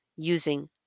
using